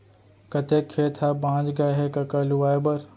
कतेक खेत ह बॉंच गय हे कका लुवाए बर?